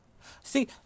See